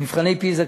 מבחני פיז"ה,